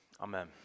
Amen